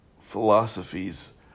philosophies